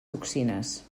toxines